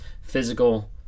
physical